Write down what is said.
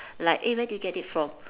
like eh where did you get it from